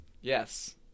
Yes